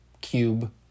cube